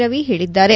ರವಿ ಹೇಳದ್ದಾರೆ